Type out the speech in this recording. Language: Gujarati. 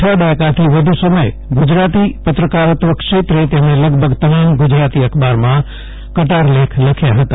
છ દાયકાથી વધુ સમય ્ગુજરાતી પત્રકારેત્વ ક્ષેત્રે તેમણે લગભગ તમામ ગુજરાતી અખબારમાં કટાર લેખ લખ્યા હતા